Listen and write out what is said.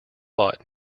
fought